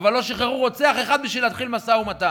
אבל לא שחררו רוצח אחד בשביל להתחיל משא-ומתן,